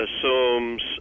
assumes